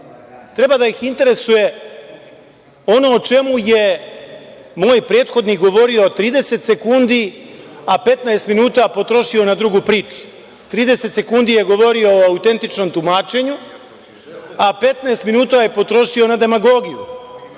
treba da ih interesuje ono o čemu je moj prethodnik govorio 30 sekundi, a 15 minuta potrošio na drugu priču, 30 sekundi je govorio o autentičnom tumačenju, a 15 minuta je potrošio na demagogiju